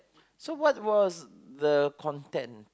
so what was the content